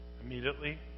immediately